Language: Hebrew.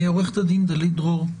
עו"ד דלית דרור,